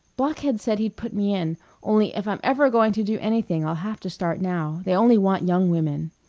blockhead said he'd put me in only if i'm ever going to do anything i'll have to start now. they only want young women.